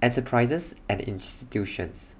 enterprises and institutions